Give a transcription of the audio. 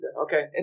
okay